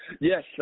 Yes